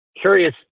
Curious